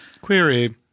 query